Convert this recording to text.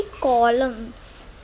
columns